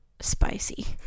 spicy